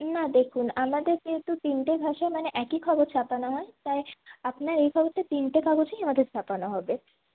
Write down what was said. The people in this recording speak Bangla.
না দেখুন আমাদের কিন্তু তিনটে ভাষায় মানে একই খবর ছাপানো হয় তাই আপনার এই খবরটা তিনটে কাগজেই আমাদের ছাপানো হবে